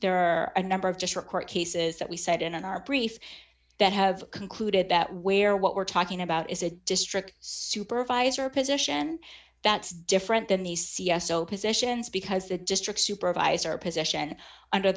there are a number of just record cases that we said in our brief that have concluded that where what we're talking about is a district supervisor position that's different than the c s o positions because the district supervisor position under